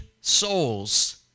souls